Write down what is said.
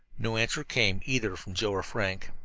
no answer came, either from joe or frank.